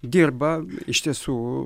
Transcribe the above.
dirba iš tiesų